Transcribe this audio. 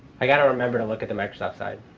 i gotta remember to look at the microsoft side.